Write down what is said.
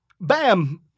Bam